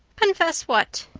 confess what?